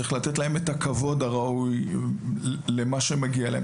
צריך להן את הכבוד הראוי למה שמגיע להן.